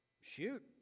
shoot